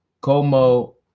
Como